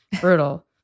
brutal